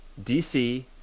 DC